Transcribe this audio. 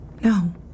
No